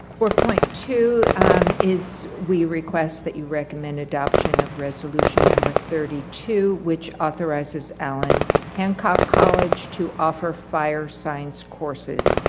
four point two um is we request that you recommend adoption of resolution number thirty two, which authorizes allan hancock college to offer fire science courses,